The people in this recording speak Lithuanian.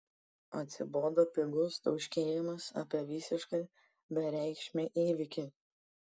atsibodo pigus tauškėjimas apie visiškai bereikšmį įvykį